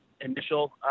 initial